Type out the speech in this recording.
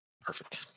Perfect